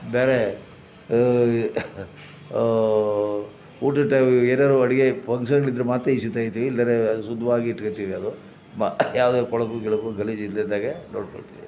ಬೇರೆ ಊಟದ ಟೈಮಿಗೆ ಏನಾದ್ರು ಅಡುಗೆ ಪಂಕ್ಷನ್ಗಳಿದ್ರೆ ಮಾತ್ರ ಈಚೆ ತೆಗೀತಿವಿ ಇಲ್ದಿದ್ರೇ ಅದು ಶುದ್ವಾಗಿ ಇಟ್ಕೋತಿವಿ ಅದು ಮಾ ಯಾವುದೇ ಕೊಳಕು ಗಿಳಕು ಗಲೀಜು ಇಲ್ಲದೇ ಇದ್ದಾಗೆ ನೋಡಿಕೊಳ್ತಿವಿ